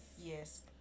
Yes